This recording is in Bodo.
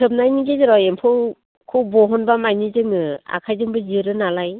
थोबनायनि गेजेराव एम्फौखौ बहनबा मानि जोङो आखाइजोंबो जिरो नालाय